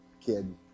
kid